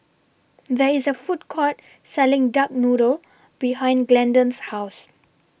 There IS A Food Court Selling Duck Noodle behind Glendon's House